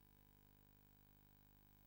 ,